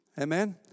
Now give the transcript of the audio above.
Amen